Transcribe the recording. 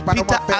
Peter